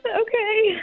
Okay